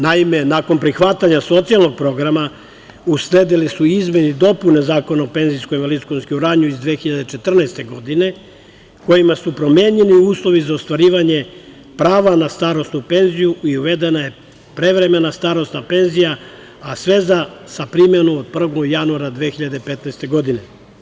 Naime, nakon prihvatanja socijalnog programa, usledile su izmene i dopune Zakona o penzijskom i invalidskom osiguranju iz 2014. godine, kojima su promenjeni uslovi za ostvarivanje prava na starosnu penziju i uvedena je prevremena starosna penzija, a sve sa primenom od 1. januara 2015. godine.